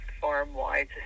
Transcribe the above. farm-wide